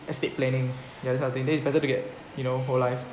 estate planning that kind of thing then it's better to get you know whole life